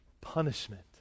punishment